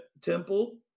Temple